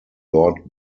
lord